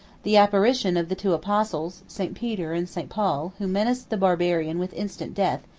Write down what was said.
the apparition of the two apostles, st. peter and st. paul, who menaced the barbarian with instant death,